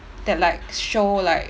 that like show like